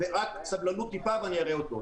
רק סבלנות קצת ואני אראה אותו.